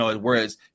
whereas